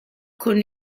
con